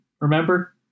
Remember